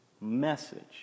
message